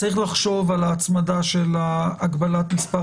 צריך לחשוב על ההצמדה של הגבלת מספר